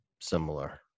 similar